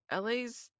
LA's